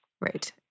Right